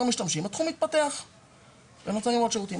משתמשים התחום מתפתח וצורכים יותר שירותים.